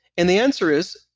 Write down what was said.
and the answer is,